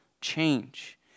change